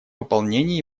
выполнении